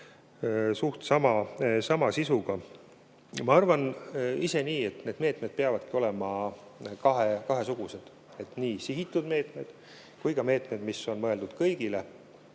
sama sisuga. Ma arvan nii, et need meetmed peavadki olema kahesugused, nii sihitud meetmed kui ka meetmed, mis on mõeldud kõigile.